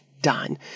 done